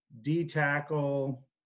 D-tackle